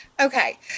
Okay